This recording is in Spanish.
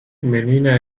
femenina